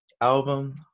album